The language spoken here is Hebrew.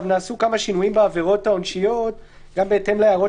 נעשו כמה שינויים בעבירות העונשיות גם בהתאם להערות